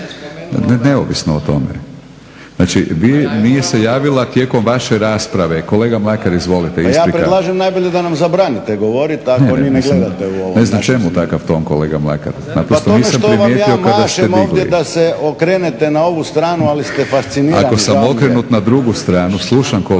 Neovisno o tome. Znači, nije se javila tijekom vaše rasprave. Kolega Mlakar, izvolite. Isprika. **Mlakar, Davorin (HDZ)** Pa ja predlažem najbolje da nam zabranite govoriti, ako vi ne gledate u ovo. …/Upadica Batinić: Ne, mislim ne znam čemu takav ton kolega Mlakar? Naprosto nisam primijetio kada ste digli./… Pa tome što vam ja mašem ovdje da se okrenete na ovu stranu, ali ste fascinirani. …/Upadica Batinić: Ako sam okrenut na drugu stranu slušam kolegicu